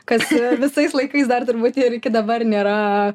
kas visais laikais dar turbūt ir iki dabar nėra